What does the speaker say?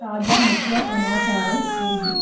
తాజా ముఖ్య సమాచారం ఏంటి